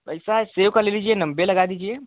ऐसा है सेब का ले लीजिये नब्बे लगा दीजिये